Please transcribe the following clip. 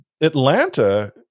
Atlanta